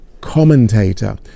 commentator